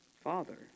father